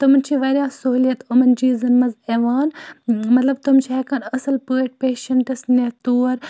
تِمَن چھِ واریاہ سہوٗلیت یِمَن چیٖزَن منٛز یِوان مطلب تِم چھِ ہٮ۪کان اَصٕل پٲٹھۍ پیشَنٹَس نِتھ تور